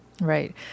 Right